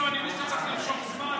אני מבין שאתה רוצה למשוך זמן,